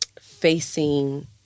facing